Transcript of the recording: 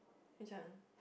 which one